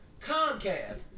Comcast